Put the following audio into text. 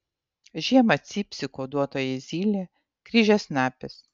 žiemą cypsi kuoduotoji zylė kryžiasnapis